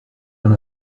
dans